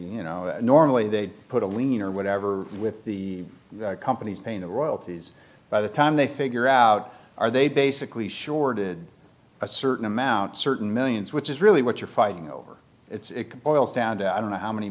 you know normally they put a lien or whatever with the companies paying the royalties by the time they figure out are they basically shorted a certain amount certain millions which is really what you're fighting over it boils down to i don't know how many